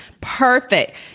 Perfect